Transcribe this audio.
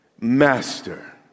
Master